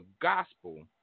gospel